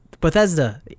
bethesda